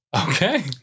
Okay